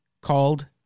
called